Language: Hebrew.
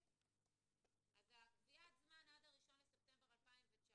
אז קביעת הזמן עד 1 בספטמבר 2019